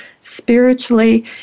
spiritually